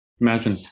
Imagine